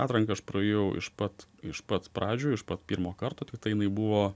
atranką aš praėjau iš pat iš pats pradžių iš pat pirmo karto tiktai jinai buvo